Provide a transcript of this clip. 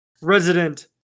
Resident